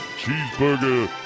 cheeseburger